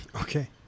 Okay